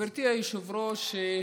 גברתי היושבת-ראש,